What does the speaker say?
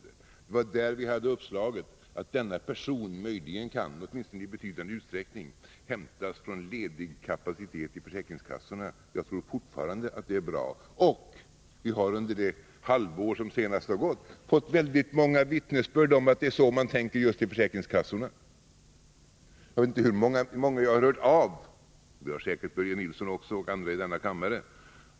Det var i det sammanhanget som vi kom med uppslaget att denna person kunde — åtminstone i betydande utsträckning — hämtas från den lediga kapaciteten vid försäkringskassorna. Jag tror fortfarande att det vore bra. Under det senaste halvåret har många människor burit vittnesbörd om att det är så man tänker just vid försäkringskassorna. Det har säkert Börje Nilsson och andra i denna kammare också erfarit.